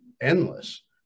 endless